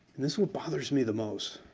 this what bothers me the most.